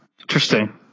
interesting